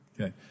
Okay